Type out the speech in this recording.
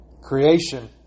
Creation